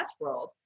Westworld